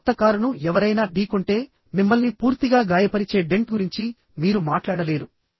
మీ కొత్త కారును ఎవరైనా ఢీకొంటే మిమ్మల్ని పూర్తిగా గాయపరిచే డెంట్ గురించి మీరు మాట్లాడలేరు